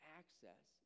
access